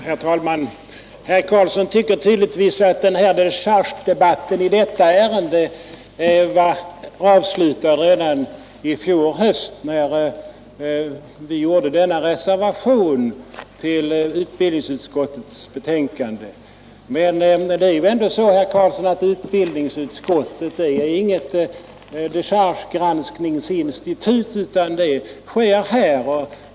Herr talman! Herr Karlsson i Malung tycker tydligtvis att dechargedebatten i detta ärende var avslutad redan i fjol höst, när vi fogade den nämnda reservationen till utbildningsutskottets betänkande. Men utbildningsutskottet, herr Karlsson, är ändå inget dechargegranskningsinstitut, utan den granskningen sker i konstitutionsutskottet.